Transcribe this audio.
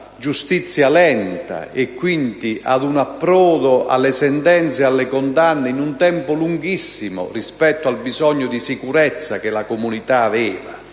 giustizia lenta e quindi ad un approdo alle sentenze e alle condanne in un tempo lunghissimo rispetto al bisogno di sicurezza che la comunità aveva,